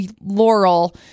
Laurel